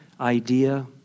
idea